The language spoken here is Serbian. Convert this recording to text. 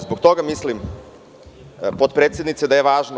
Zbog toga mislim podpredsednice, da je važno.